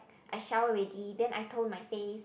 I shower already then I tone my face